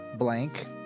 Blank